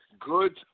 Goods